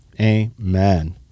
amen